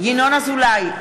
ינון אזולאי,